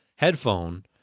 headphone